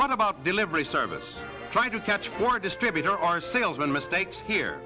what about delivery service try to catch for a distributor our salesman mistakes here